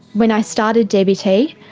when i started dbt,